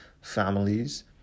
families